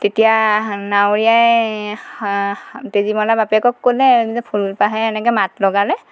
তেতিয়া নাৱৰীয়াই সা তেজীমলাৰ বাপেকক ক'লে যে ফুলপাহে এনেকৈ মাত লগালে